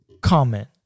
comment